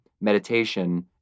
meditation